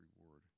reward